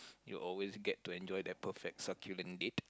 you'll always get to enjoy their perfect succulent date